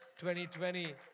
2020